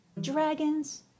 dragons